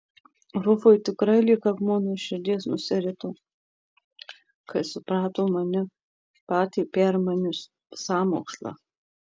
rufui tikrai lyg akmuo nuo širdies nusirito kai suprato mane patį permanius sąmokslą